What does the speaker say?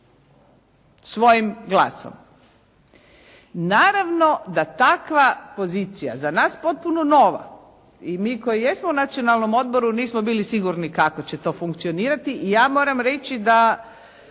svojim glasom. Naravno da takva pozicija za nas potpuno nova i mi koji jesmo u Nacionalnom odboru nismo bili sigurni kako će to funkcionirati i ja moram reći da